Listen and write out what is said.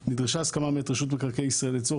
נדרשה הסכמה מאת רשות מקרקעי ישראל לצורך